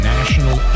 National